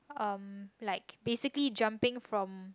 um like basically jumping from